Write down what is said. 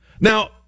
Now